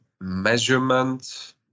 measurement